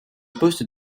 poste